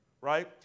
Right